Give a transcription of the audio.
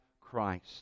Christ